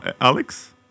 alex